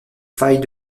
failles